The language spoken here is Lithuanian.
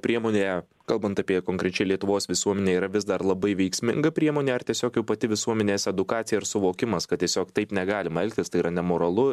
priemonė kalbant apie konkrečiai lietuvos visuomenę yra vis dar labai veiksminga priemonė ar tiesiog jau pati visuomenės edukacija ir suvokimas kad tiesiog taip negalima elgtis tai yra nemoralu